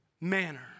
manner